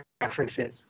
references